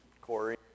Corey